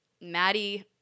Maddie